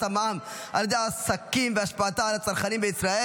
המע"מ על ידי עסקים והשפעתה על הצרכנים בישראל,